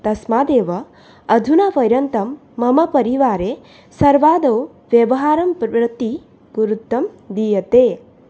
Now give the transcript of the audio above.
तस्मादेव अधुनापर्यन्तं मम परिवारे सर्वादौ व्यवहारम्प्रति गुरुत्वं दीयते